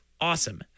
awesome